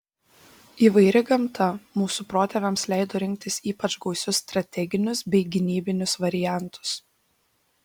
įvairi gamta mūsų protėviams leido rinktis ypač gausius strateginius bei gynybinius variantus